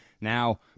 Now